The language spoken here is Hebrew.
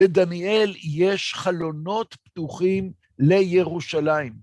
ודניאל, יש חלונות פתוחים לירושלים.